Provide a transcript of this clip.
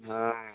হ্যাঁ